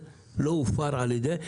לא הופר על ידי התקנות?